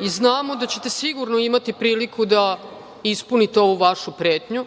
i znamo da ćete sigurno imati priliku da ispunite ovu vašu pretnju.